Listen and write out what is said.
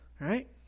right